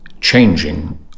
changing